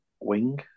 wing